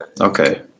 Okay